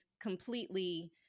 completely